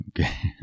Okay